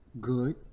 good